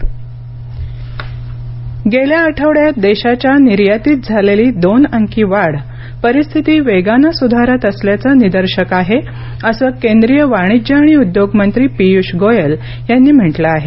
गोयल गेल्या आठवड्यात देशाच्या निर्यातीत झालेली दोन अंकी वाढ परिस्थिती वेगानं सुधारत असल्याचं निदर्शक आहे असं केंद्रीय वाणिज्य आणि उद्योग मंत्री पीयूष गोयल यांनी म्हटलं आहे